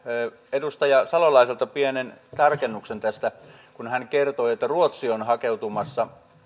edustaja salolaiselta pienen tarkennuksen tästä kun hän kertoi että ruotsi on hakeutumassa